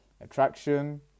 attraction